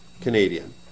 Canadian